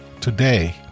today